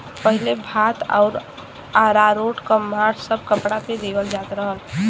पहिले भात आउर अरारोट क माड़ सब कपड़ा पे देवल जात रहल